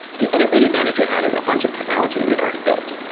the other big advantage we had is a bunch of technology that we had already built.